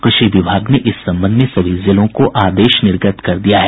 कृषि विभाग ने इस संबंध में सभी जिलों को आदेश निर्गत कर दिया है